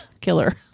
killer